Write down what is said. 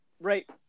right